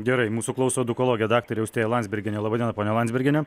gerai mūsų klauso edukologė daktarė austėja landsbergienė laba diena ponia landsbergiene